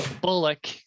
Bullock